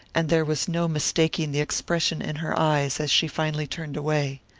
and there was no mistaking the expression in her eyes as she finally turned away.